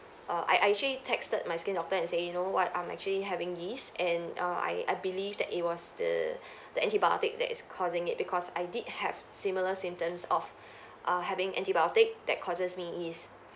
err I I actually texted my skin doctor and say you know what I'm actually having yeast and err I I believe that it was the the antibiotic that is causing it because I did have similar symptoms of err having antibiotic that causes me yeast